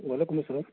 وعلیکُم اسلام